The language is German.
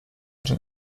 den